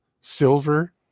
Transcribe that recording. silver